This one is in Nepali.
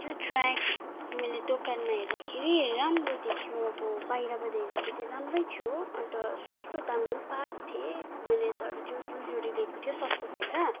त्यो ट्र्याक मैले दोकानमा हेर्दाखेरि राम्रो देख्यो अब बाहिरबाट हेर्दाखेरि त राम्रै थियो अन्त सस्तो दाममा पनि पाएको थिएँ मैले तर त्यो दुई जोडी लिएको थिएँ सस्तो भएर